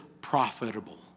profitable